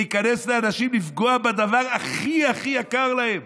להיכנס לאנשים ולפגוע בדבר הכי הכי יקר להם?